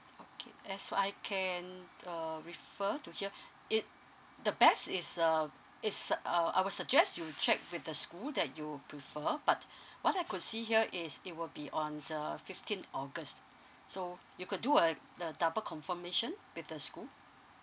okay as so I can err refer to here it the best is err it's err I will suggest you check with the school that you prefer but what I could see here is it will be on the fifteenth august so you could do a the double confirmation with the school